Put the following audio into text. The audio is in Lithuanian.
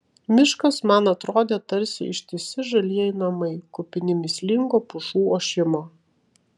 miškas man atrodė tarsi ištisi žalieji namai kupini mįslingo pušų ošimo